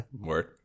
word